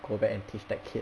go back and teach that kid